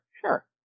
sure